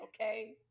Okay